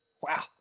Wow